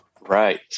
right